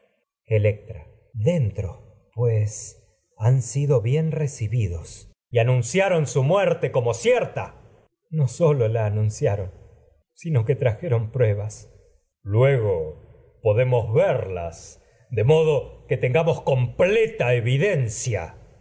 díelectra dentro pues han ido bien recibidos electra egisto y anunciaron sólo su muerte como cierta electra no la anunciaron sino que trajeron pruebas egisto luego podemos verlas de modo que ten gamos completa evidencia